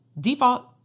Default